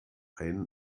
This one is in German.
eine